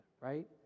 right